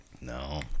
No